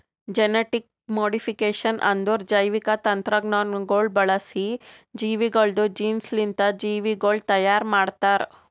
genetic modification ಅಂದುರ್ ಜೈವಿಕ ತಂತ್ರಜ್ಞಾನಗೊಳ್ ಬಳಸಿ ಜೀವಿಗೊಳ್ದು ಜೀನ್ಸ್ಲಿಂತ್ ಜೀವಿಗೊಳ್ ತೈಯಾರ್ ಮಾಡ್ತಾರ್